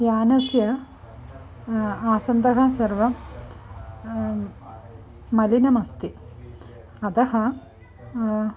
यानस्य आसन्दः सर्वं मलिनमस्ति अतः